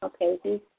Okay